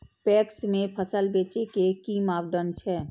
PACS में फसल बेचे के कि मापदंड छै?